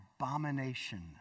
abomination